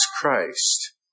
Christ